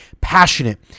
passionate